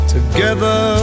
Together